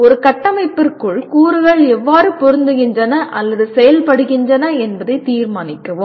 ஒரு கட்டமைப்பிற்குள் கூறுகள் எவ்வாறு பொருந்துகின்றன அல்லது செயல்படுகின்றன என்பதைத் தீர்மானிக்கவும்